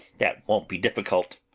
that won't be difficult.